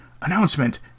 Announcement